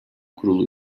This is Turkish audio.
kurulu